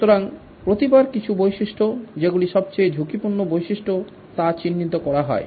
সুতরাং প্রতিবার কিছু বৈশিষ্ট্য যেগুলি সবচেয়ে ঝুঁকিপূর্ণ বৈশিষ্ট্য তা চিহ্নিত করা হয়